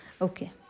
okay